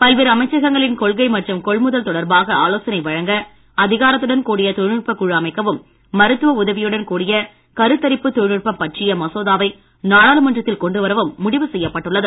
பல்வேறு அமைச்சகங்களின் கொள்கை மற்றும் கொள்முதல் தொடர்பாக ஆலோசனை வழங்க அதிகாரத்துடன் கூடிய தொழில்நுட்பக் குழு அமைக்கவும் மருத்துவ உதவியுடன் கூடிய கருத்தரிப்புத் தொழில்நுட்பம் பற்றிய மசோதாவை நாடாளுமன்றத்தில் கொண்டுவரவும் முடிவு செய்யப்பட்டுள்ளது